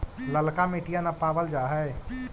ललका मिटीया न पाबल जा है?